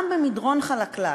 גם במדרון חלקלק,